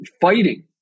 fighting